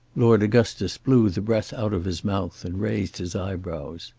lord augustus blew the breath out of his mouth and raised his eyebrows.